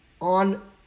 on